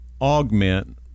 augment